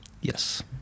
Yes